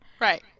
Right